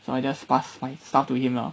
so I just pass my stuff to him lah